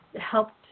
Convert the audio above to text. helped